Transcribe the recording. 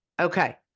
Okay